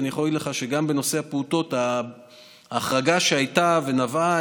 אני יכול להגיד לך שגם בנושא הפעוטות ההחרגה שהייתה נבעה